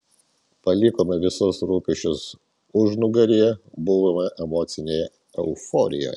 palikome visus rūpesčius užnugaryje buvome emocinėje euforijoje